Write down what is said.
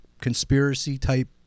conspiracy-type